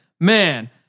Man